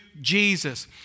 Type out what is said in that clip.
Jesus